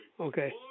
okay